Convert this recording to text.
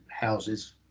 houses